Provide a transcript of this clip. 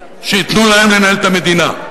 שייתנו להם לנהל את המדינה,